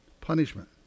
punishment